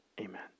amen